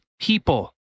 people